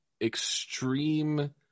extreme